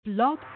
Blog